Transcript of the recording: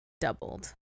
doubled